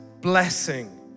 blessing